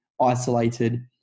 isolated